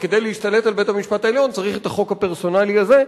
וכדי להשתלט על בית-המשפט העליון צריך את החוק הפרסונלי הזה,